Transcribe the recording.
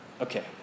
Okay